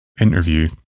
interview